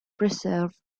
preserved